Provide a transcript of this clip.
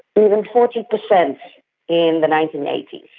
even forty percent in the nineteen eighty